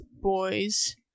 boys